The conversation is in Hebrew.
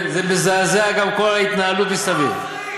זה מזעזע, גם כל ההתנהלות מסביב.